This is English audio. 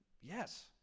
yes